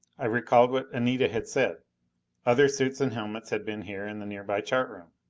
i recalled what anita had said other suits and helmets had been here in the nearby chart room.